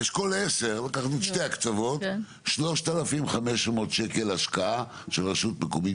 באשכול עשר, 3,500 שקלים השקעה של רשות מקומית